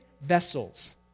vessels